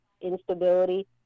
instability